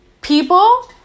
people